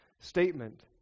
statement